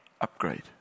Upgrade